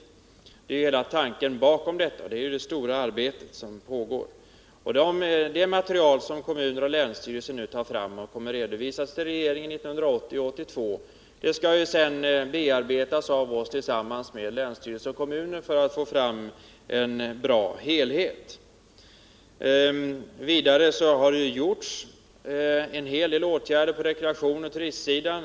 Det är hela tanken bakom det stora arbete som nu pågår. Det material som kommuner och länsstyrelser nu tar fram och som kommer att redovisas för regeringen 1980-1982 skall sedan bearbetas av regeringen tillsammans med länsstyrelser och kommuner för att få fram en bra helhet. Vidare har det vidtagits åtgärder på hela rekreationsoch turistsidan.